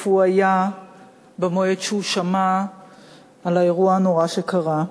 איפה הוא היה במועד שהוא שמע על האירוע הנורא שקרה.